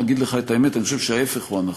אגיד לך את האמת: אני חושב שההפך הוא הנכון,